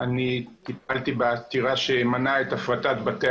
אני טיפלתי בעתירה שמנעה את הפרטת בתי